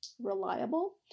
reliable